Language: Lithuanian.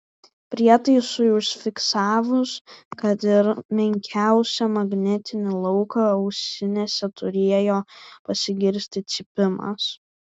prietaisui užfiksavus kad ir menkiausią magnetinį lauką ausinėse turėjo pasigirsti cypimas